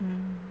mm